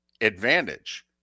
advantage